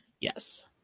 Yes